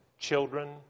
children